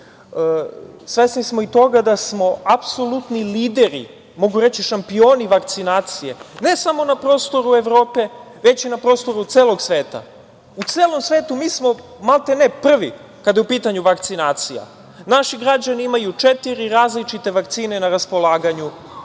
Svesni smo i toga da smo apsolutni lideri, mogu reći šampioni vakcinacije, ne samo na prostoru Evrope, već i na prostoru celog sveta. U celom svetu mi smo maltene prvi, kada je u pitanju vakcinacija. Naši građani imaju četiri različite vakcina ne raspolaganju,